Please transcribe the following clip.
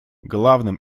главным